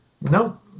No